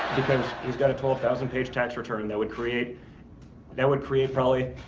he's got a twelve thousand page tax return and that would create that would create, probably,